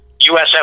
USF